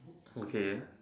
okay